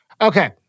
Okay